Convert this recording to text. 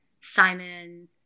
Simon